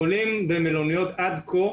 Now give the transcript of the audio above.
חולים במלוניות עד כה,